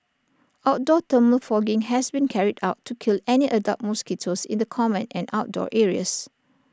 outdoor thermal fogging has been carried out to kill any adult mosquitoes in the common and outdoor areas